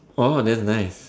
oh that's nice